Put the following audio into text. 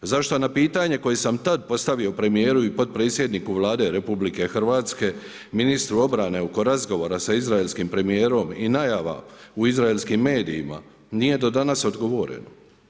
Zašto na pitanje koje sam tada postavio premijeru i potpredsjedniku Vlade RH ministru obrane oko razgovora sa izraelskim premijerom i najava u izraelskim medijima nije do danas odgovoreno.